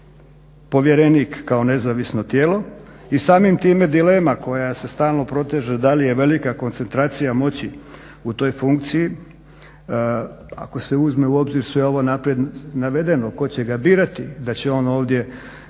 dakle povjerenik kao nezavisno tijelo i samim time dilema koja se stalno proteže da li je velika koncentracija moći u toj funkciji, ako se uzme u obzir sve ovo naprijed navedeno ko će ga birati, da će on ovdje